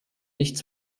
nichts